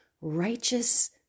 righteous